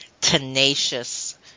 tenacious